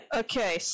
okay